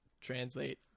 translate